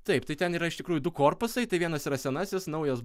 taip tai ten yra iš tikrųjų du korpusai tai vienas yra senasis naujas